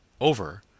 over